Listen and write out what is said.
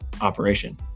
operation